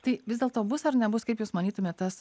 tai vis dėlto bus ar nebus kaip jūs manytumėt tas